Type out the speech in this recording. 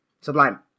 Sublime